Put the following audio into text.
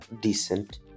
decent